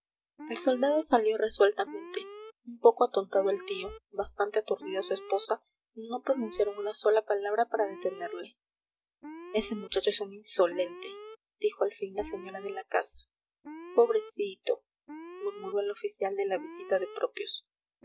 el soldado salió resueltamente un poco atontado el tío bastante aturdida su esposa no pronunciaron una sola palabra para detenerle ese muchacho es un insolente dijo al fin la señora de la casa pobrecito murmuró el oficial de la visita de propios